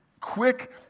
quick